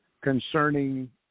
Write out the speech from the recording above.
concerning